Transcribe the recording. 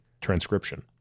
transcription